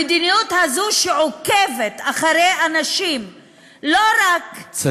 המדיניות הזאת שעוקבת אחרי אנשים לא רק בפייסבוק,